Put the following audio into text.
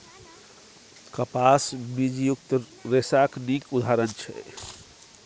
कपास बीजयुक्त रेशाक नीक उदाहरण छै